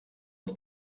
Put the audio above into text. aus